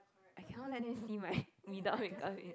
I cannot let them see my without makeup is